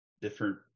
different